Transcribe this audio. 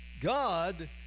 God